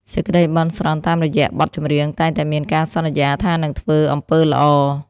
សេចក្ដីបន់ស្រន់តាមរយៈបទចម្រៀង តែងតែមានការសន្យាថានឹងធ្វើអំពើល្អ។